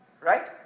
right